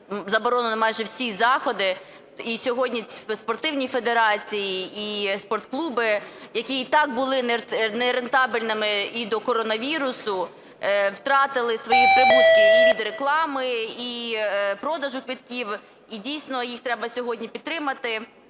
заборонено майже всі заходи. І сьогодні і спортивні федерації, і спортклуби, які і так були нерентабельними і до коронавірусу, втратили свої прибутки і від реклами, і продажу квитків. І дійсно їх треба сьогодні підтримати.